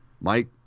Mike